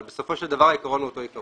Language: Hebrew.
אבל בסופו של דבר העיקרון הוא אותו עיקרון.